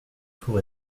tour